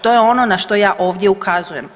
To je ono na što ja ovdje ukazujem.